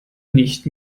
nicht